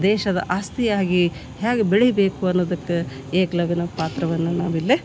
ದೇಶದ ಆಸ್ತಿಯಾಗಿ ಹ್ಯಾಗೆ ಬೆಳಿಬೇಕು ಅನ್ನುದಕ್ಕೆ ಏಕಲವ್ಯನ ಪಾತ್ರವನ್ನು ನಾವಿಲ್ಲಿ